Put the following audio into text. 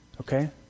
Okay